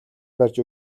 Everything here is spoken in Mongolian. барьж